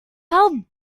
how